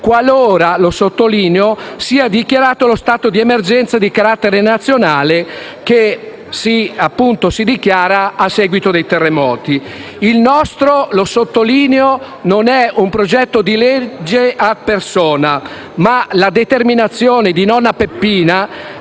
qualora - lo sottolineo - sia dichiarato lo stato di emergenza di carattere nazionale, che si dichiara a seguito dei terremoti. Il nostro - lo sottolineo - non è un progetto di legge *ad personam*, perché la determinazione di nonna Peppina